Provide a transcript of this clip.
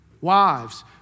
wives